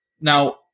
Now